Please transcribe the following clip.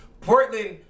Portland